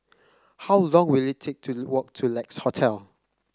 how long will it take to walk to Lex Hotel